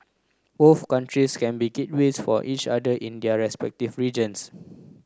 both countries can be gateways for each other in their respective regions